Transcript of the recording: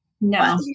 No